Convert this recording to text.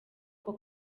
ako